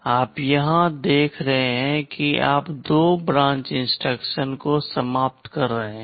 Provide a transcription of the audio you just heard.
तो आप यहाँ देखते हैं कि आप दो ब्रांच इंस्ट्रक्शंस को समाप्त कर रहे हैं